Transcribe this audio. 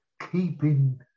keeping